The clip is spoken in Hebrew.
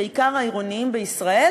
בעיקר העירוניים בישראל,